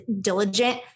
diligent